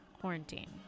quarantine